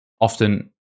often